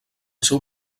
seu